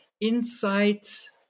insights